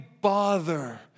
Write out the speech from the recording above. bother